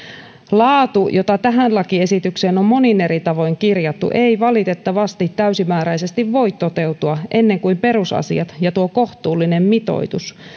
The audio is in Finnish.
laatu jota tähän lakiesitykseen on monin eri tavoin kirjattu ei valitettavasti täysimääräisesti voi toteutua ennen kuin perusasiat ja tuo kohtuullinen mitoitus